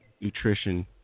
nutrition